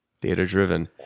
Data-driven